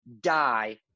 die